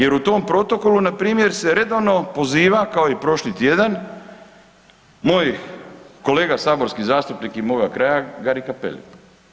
Jer u tom protokolu na primjer se redovno poziva kao i prošli tjedan moj kolega saborski zastupnik iz moga kraja Gari Cappelli.